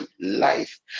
life